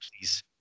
please